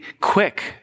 quick